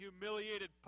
humiliated